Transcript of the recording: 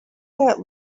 that